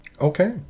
Okay